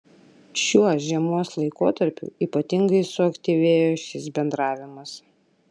šiuo žiemos laikotarpiu ypatingai suaktyvėjo šis bendravimas